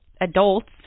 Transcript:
adults